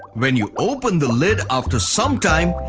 when you open the lid after sometime,